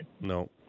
No